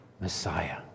Messiah